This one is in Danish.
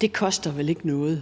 vel ikke koster